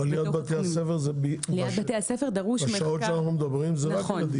אבל ליד בתי הספר בשעות שאנחנו מדברים זה לא רק ילדים.